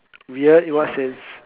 weird in what sense